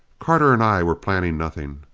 carter and i were planning nothing.